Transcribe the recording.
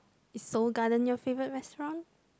is Seoul-Garden your favourite restaurant